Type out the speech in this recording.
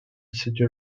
city